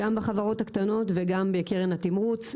גם בחברות הקטנות וגם בקרן התמרוץ.